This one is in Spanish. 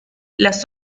las